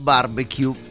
Barbecue